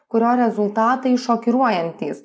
kurio rezultatai šokiruojantys